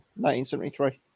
1973